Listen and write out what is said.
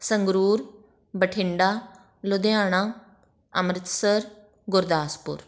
Sangrur Bathinda Ludhiana Amritsar Gurdaspur